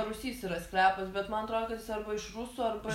rūsys yra sklepas bet man atrodo kad jis arba iš rusų arba